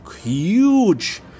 huge